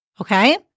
Okay